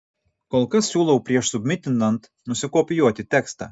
kol kas siūlau prieš submitinant nusikopijuoti tekstą